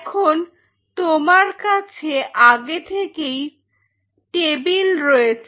এখন তোমার কাছে আগে থেকেই টেবিল রয়েছে